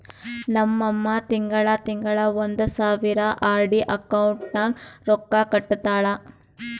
ನಮ್ ಅಮ್ಮಾ ತಿಂಗಳಾ ತಿಂಗಳಾ ಒಂದ್ ಸಾವಿರ ಆರ್.ಡಿ ಅಕೌಂಟ್ಗ್ ರೊಕ್ಕಾ ಕಟ್ಟತಾಳ